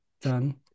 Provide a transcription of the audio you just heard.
done